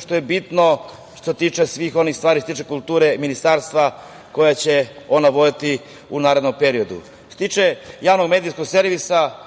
što je bitno što se tiče kulture, ministarstva koje će ona voditi u narednom periodu. Što se tiče javnog medijskog servisa